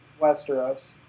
Westeros